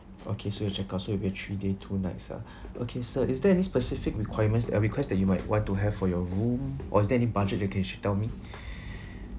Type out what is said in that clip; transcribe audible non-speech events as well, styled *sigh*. okay so you check out so it'll be a three day two nights ah okay so is there any specific requirements and requests that you might want to have for your room or is any voucher package tell me *breath*